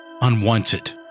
unwanted